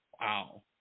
Wow